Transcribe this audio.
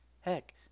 Heck